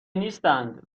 نیستند